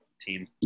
team